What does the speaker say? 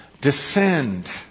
descend